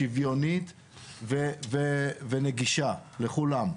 שוויונית ונגישה לכולם,